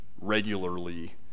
regularly